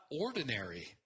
ordinary